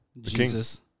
Jesus